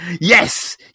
yes